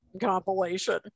compilation